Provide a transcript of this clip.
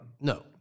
No